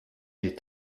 est